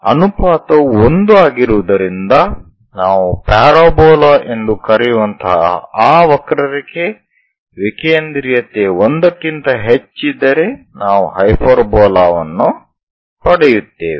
ಅನುಪಾತವು 1 ಆಗಿರುವುದರಿಂದ ನಾವು ಪ್ಯಾರಾಬೋಲಾ ಎಂದು ಕರೆಯುವಂತಹ ಆ ವಕ್ರರೇಖೆ ವಿಕೇಂದ್ರೀಯತೆ 1 ಕ್ಕಿಂತ ಹೆಚ್ಚಿದ್ದರೆ ನಾವು ಹೈಪರ್ಬೋಲಾ ವನ್ನು ಪಡೆಯುತ್ತೇವೆ